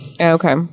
Okay